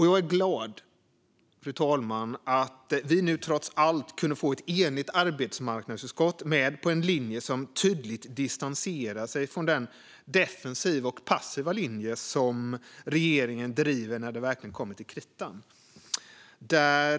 Jag är glad att vi nu trots allt kunde få ett enigt arbetsmarknadsutskott med på en linje som tydligt distanserar sig från den defensiva och passiva linje som regeringen driver när det verkligen kommer till kritan, fru talman.